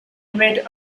read